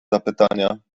zapytania